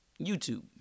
YouTube